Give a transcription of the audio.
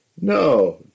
No